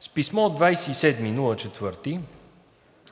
С писмо от 27 април